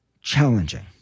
challenging